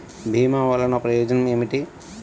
భీమ వల్లన ప్రయోజనం ఏమిటి?